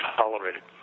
tolerated